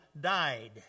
died